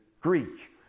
Greek